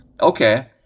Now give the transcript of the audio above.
okay